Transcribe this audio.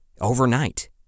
overnight